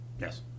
yes